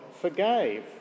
forgave